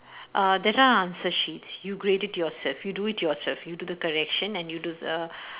uh there are answer sheets you grade it yourself you do it yourself you do the correction and you do the